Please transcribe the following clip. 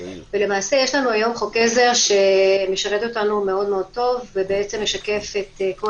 למעשה יש לנו היום חוק עזר שמשרת אותנו מאוד מאוד טוב ומשקף את כל